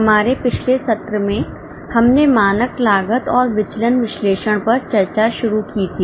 हमारे पिछले सत्र में हमने मानक लागत और विचलन विश्लेषण पर चर्चा शुरू की थी